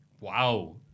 wow